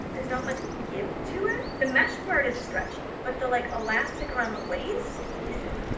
there's not much give to it. the mesh part is stretchy, but the like elastic around the waist, isn't.